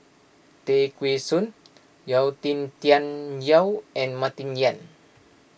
Tay Kheng Soon Yau Tian Yau and Martin Yan